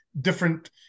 different